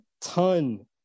ton